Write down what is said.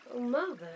Mother